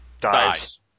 dies